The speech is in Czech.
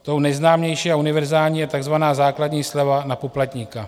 Tou nejznámější a univerzální je takzvaná základní sleva na poplatníka.